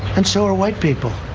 and so are white people.